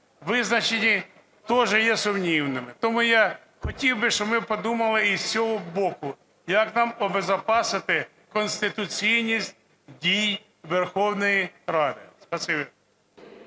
визначені, також є сумнівними? Тому я хотів би, щоб ми подумали і з цього боку, як нам убезпечити конституційність дій Верховної Ради.